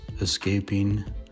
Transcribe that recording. escaping